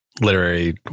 literary